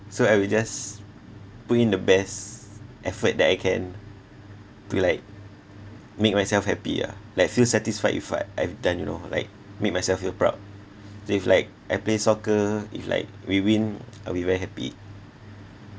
so I would just put in the best effort that I can to like make myself happy ah like feel satisfied with what I've done you know like make myself feel proud so if like I play soccer if like we win I'll be very happy